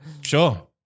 Sure